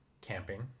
camping